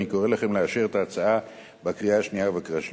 אני קורא לכם לאשר את ההצעה בקריאה השנייה ובקריאה השלישית.